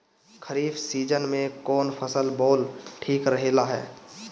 खरीफ़ season में कौन फसल बोअल ठिक रहेला ह?